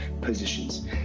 positions